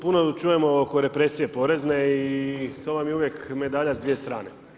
Puno čujemo oko represije porezne i to vam je uvijek medalja s dvije strane.